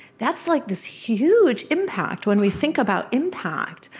that's, like, this huge impact, when we think about impact.